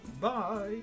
bye